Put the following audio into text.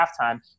halftime